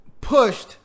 pushed